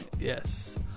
Yes